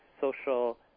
social